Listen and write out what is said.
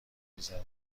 میزنه